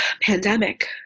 pandemic